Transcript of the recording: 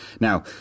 now